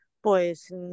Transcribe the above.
pues